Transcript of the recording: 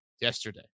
yesterday